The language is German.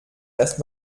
erst